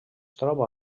troba